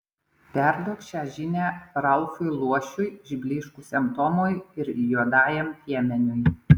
perduok šią žinią ralfui luošiui išblyškusiam tomui ir juodajam piemeniui